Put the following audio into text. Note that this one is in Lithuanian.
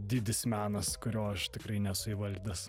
didis menas kurio aš tikrai nesu įvaldęs